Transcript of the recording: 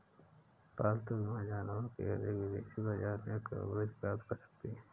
पालतू बीमा जानवरों की अधिक विदेशी प्रजातियां कवरेज प्राप्त कर सकती हैं